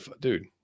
Dude